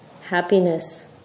happiness